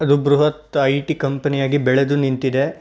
ಅದು ಬೃಹತ್ I T ಕಂಪನಿಯಾಗಿ ಬೆಳದು ನಿಂತಿದೆ